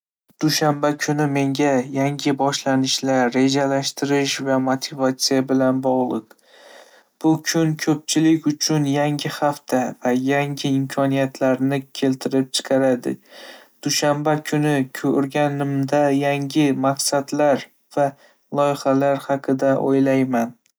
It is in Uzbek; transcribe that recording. Dushanba kuni menga yangi boshlanishlar, rejalashtirish va motivatsiya bilan bog'liq. Bu kun ko'pchilik uchun yangi hafta va yangi imkoniyatlarni keltirib chiqaradi. Dushanba kunini ko'rganimda, yangi maqsadlar va loyihalar haqida o'ylayman.